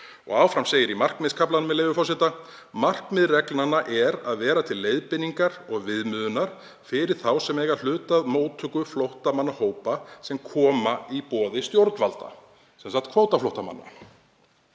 Áfram segir í markmiðskaflanum, með leyfi forseta: „Markmið reglnanna er að vera til leiðbeiningar og viðmiðunar fyrir þá sem eiga hlut að móttöku flóttamannahópa sem koma í boði stjórnvalda …“ Það eru sem sagt kvótaflóttamenn.